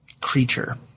creature